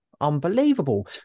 unbelievable